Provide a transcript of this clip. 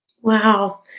Wow